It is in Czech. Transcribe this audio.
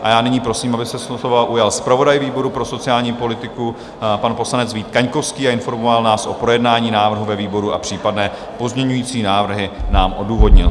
A já nyní prosím, aby se slova ujal zpravodaj výboru pro sociální politiku, pan poslanec Vít Kaňkovský, a informoval nás o projednání návrhu ve výboru a případné pozměňující návrhy nám odůvodnil.